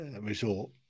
resort